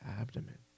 abdomen